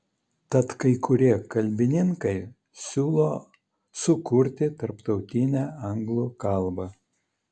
tad kai kurie kalbininkai siūlo sukurti tarptautinę anglų kalbą